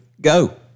go